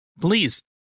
please